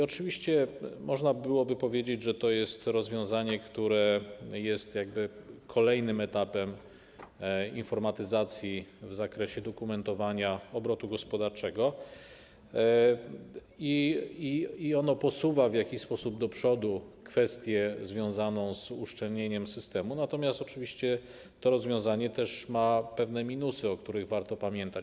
Oczywiście można byłoby powiedzieć, że to jest rozwiązanie, które jest jakby kolejnym etapem informatyzacji w zakresie dokumentowania obrotu gospodarczego i ono posuwa w jakiś sposób do przodu kwestię związaną z uszczelnieniem systemu, natomiast oczywiście to rozwiązanie też ma pewne minusy, o których warto pamiętać.